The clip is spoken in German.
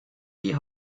die